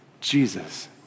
Jesus